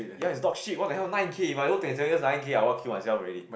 ya it's dog shit what the hell nine K if I work twenty seven years nine K I want to kill myself already